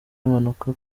impanuka